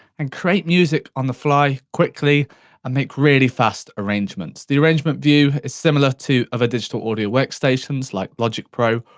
and create music on the fly, quickly, and make really fast arrangements. the arrangement view is similar to other digital audio workstations, like logic pro,